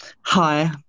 Hi